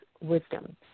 wisdom